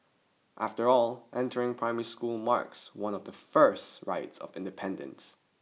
after all entering primary school marks one of the first rites of independence